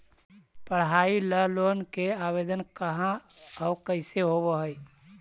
पढाई ल लोन के आवेदन कहा औ कैसे होब है?